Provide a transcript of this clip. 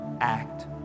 act